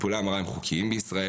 טיפולי המרה הם חוקיים בישראל.